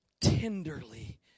tenderly